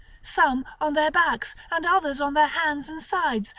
some on their backs, and others on their hands and sides,